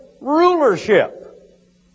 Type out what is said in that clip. rulership